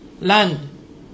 land